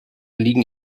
liegen